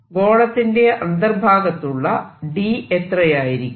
ഗോളത്തിന്റെ അന്തർഭാഗത്തുള്ള D എത്രയായിരിക്കും